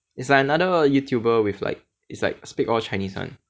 is like another YouTuber with like it's like speak all chinese [one]